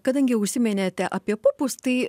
kadangi jau užsiminėte apie pupus tai